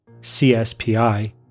CSPI